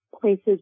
places